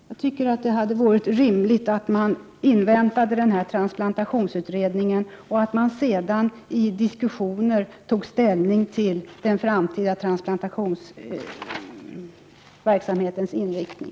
Jag tycker att det hade varit rimligt att man inväntat resultatet av transplantationsutredningen och att man sedan efter diskussioner tagit ställning till den framtida transplantationsverksamhetens inriktning.